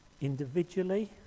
individually